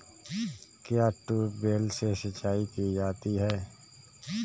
क्या ट्यूबवेल से सिंचाई की जाती है?